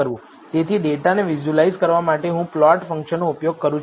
તેથી ડેટાને વિઝ્યુઅલાઈઝ કરવા માટે હું પ્લોટ ફંક્શનનો ઉપયોગ કરું છું